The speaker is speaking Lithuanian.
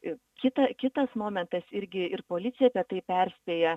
ir kita kitas momentas irgi ir policija apie tai perspėja